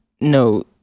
No